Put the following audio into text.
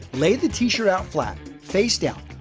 lay the t-shirt out flat face down,